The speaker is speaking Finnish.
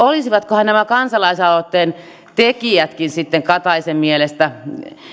olisivatkohan nämä kansalaisaloitteen tekijätkin sitten kataisen mielestä